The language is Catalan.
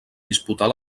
disputar